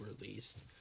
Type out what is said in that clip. released